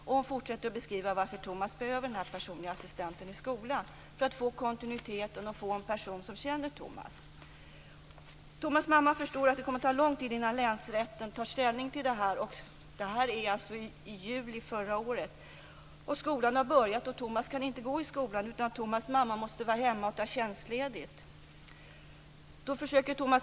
Mamman fortsätter att beskriva varför Tomas behöver den personliga assistenten i skolan, för att få kontinuiteten och få en person som känner Tomas. Tomas mamma förstod, i juli förra året, att det skulle ta lång tid innan länsrätten tog bestämd ställning. Skolan började, och Tomas kunde inte gå i skolan. Tomas mamma måste ta tjänstledigt och vara hemma.